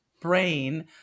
brain